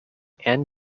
and